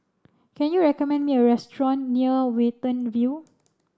can you recommend me a restaurant near Watten View